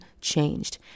changed